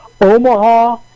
Omaha